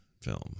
film